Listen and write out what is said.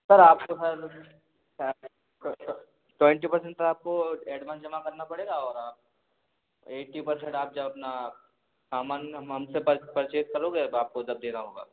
sir आपको sir twenty percent तो आपको एडवांस जमा करना पड़ेगा और आप एट्टी परसेंट आप जब अपना सामान हमसे पर परचेज़ करोगे तो आपको तब देना होगा